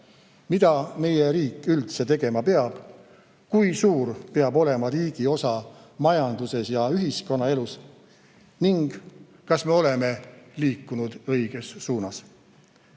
mida meie riik üldse tegema peab, kui suur peab olema riigi osa majanduses ja ühiskonnaelus ning kas me oleme liikunud õiges suunas.